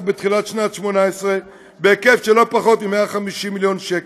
בתחילת שנת 2018 בהיקף של לא פחות מ-150 מיליון שקל,